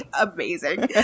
Amazing